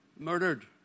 murdered